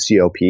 COP